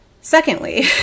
Secondly